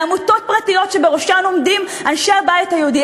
לעמותות פרטיות שבראשן עומדים אנשי הבית היהודי.